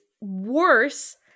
worse